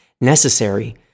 necessary